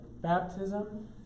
Baptism